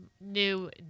new